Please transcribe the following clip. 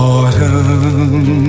Autumn